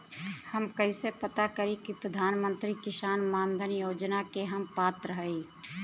हम कइसे पता करी कि प्रधान मंत्री किसान मानधन योजना के हम पात्र हई?